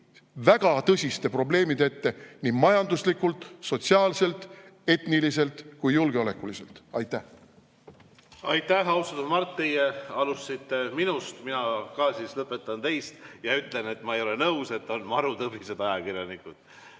väga tõsiste probleemide ette nii majanduslikult, sotsiaalselt, etniliselt kui julgeolekuliselt. Aitäh! Aitäh! Austatud Mart, teie alustasite minust, mina aga lõpetan teiega. Ma ütlen, et ma ei ole nõus, et meil on marutõbised ajakirjanikud.